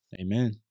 Amen